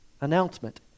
announcement